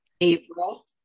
April